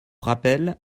rappel